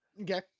Okay